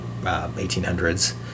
1800s